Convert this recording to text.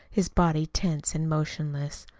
his body tense and motionless.